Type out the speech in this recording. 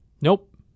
Nope